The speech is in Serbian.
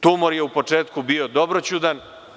Tumor je u početku dobroćudan.